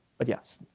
but yes,